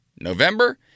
November